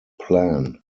plan